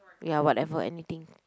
ya whatever anything